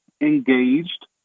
engaged